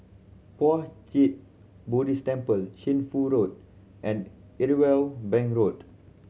Puat Jit Buddhist Temple Shunfu Road and Irwell Bank Road